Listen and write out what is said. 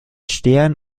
stern